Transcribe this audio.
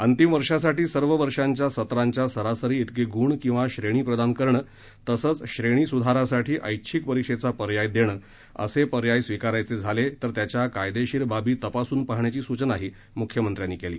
अंतिम वर्षासाठी सर्व वर्षांच्या सत्रांच्या सरासरी तिके गुण किंवा श्रेणी प्रदान करणं तसच श्रेणी सुधारासाठी ऐच्छिक परीक्षेचा पर्याय देणं असे पर्याय स्वीकारायचे झाले तर त्याच्या कायदेशीर बाबी तपासून पाहण्याची सूचनाही मुख्यमंत्र्यांनी केली